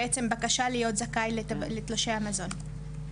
בעצם, בקשה להיות זכאי לתלושי המזון.